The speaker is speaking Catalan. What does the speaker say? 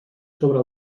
sobre